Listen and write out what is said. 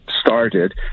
started